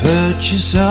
Purchase